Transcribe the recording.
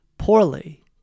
Poorly